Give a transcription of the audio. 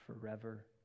forever